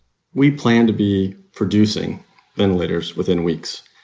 we plan to be producing ventilators within weeks.